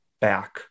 back